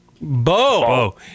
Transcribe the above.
Bo